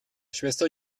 schwester